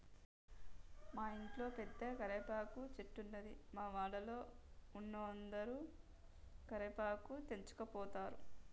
మా ఇంట్ల పెద్ద కరివేపాకు చెట్టున్నది, మా వాడల ఉన్నోలందరు కరివేపాకు తెంపకపోతారు